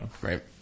Right